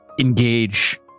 engage